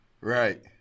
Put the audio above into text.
right